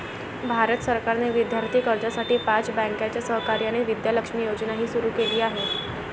भारत सरकारने विद्यार्थी कर्जासाठी पाच बँकांच्या सहकार्याने विद्या लक्ष्मी योजनाही सुरू केली आहे